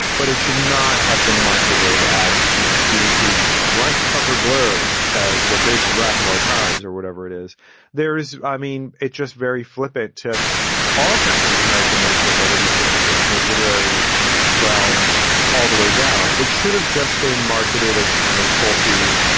but it should not have been marketed as you know, stephen king's front cover blurb says the grapes of wrath of our times or whatever it is there is. i mean, it just very flip it to all kinds of american literature, whether we take it from the literary realm all the way down. it should have just been marketed as kind of pulpy,